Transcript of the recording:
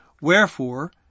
Wherefore